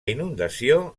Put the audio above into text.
inundació